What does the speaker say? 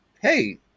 Hey